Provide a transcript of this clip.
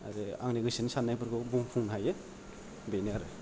आरो आंनि गोसोनि साननायफोरखौ बुंफुंनो हायो बेनोआरो